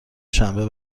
شنبه